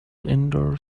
indoor